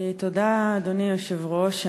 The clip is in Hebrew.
תודה, אדוני היושב-ראש.